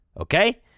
okay